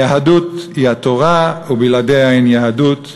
היהדות היא התורה ובלעדיה אין יהדות.